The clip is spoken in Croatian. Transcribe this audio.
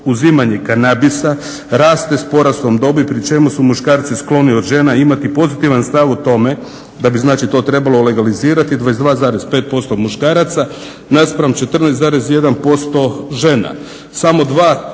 uzimanje kanabisa, raste s porastom dobi, pri čemu su muškarci skloniji od žena imati pozitivan stav o tome, da bi znači to trebalo realizirati, 22,5% muškaraca, naspram 14,1% žena.